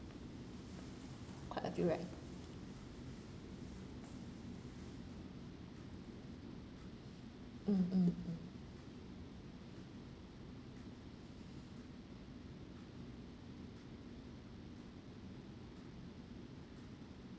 quite accurate mm mm mm